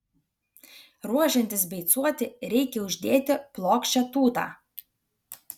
ruošiantis beicuoti reikia uždėti plokščią tūtą